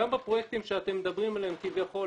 גם בפרויקטים שאתם מדברים עליהם כביכול,